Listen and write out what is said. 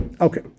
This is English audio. Okay